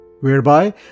whereby